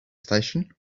station